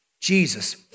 Jesus